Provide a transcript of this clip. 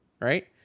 Right